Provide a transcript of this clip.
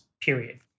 period